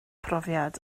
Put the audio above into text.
profiad